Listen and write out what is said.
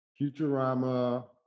Futurama